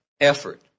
effort